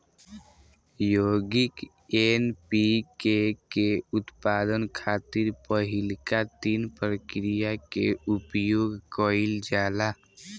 यौगिक एन.पी.के के उत्पादन खातिर पहिलका तीन प्रक्रिया के उपयोग कईल जाला